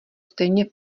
stejně